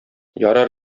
ярар